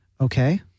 Okay